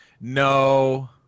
No